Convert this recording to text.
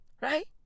Right